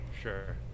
Sure